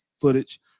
footage